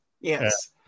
Yes